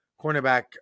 cornerback